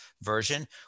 version